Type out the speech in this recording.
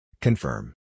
Confirm